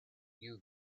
you